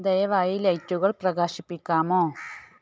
ദയവായി ലൈറ്റുകൾ പ്രകാശിപ്പിക്കാമോ